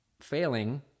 failing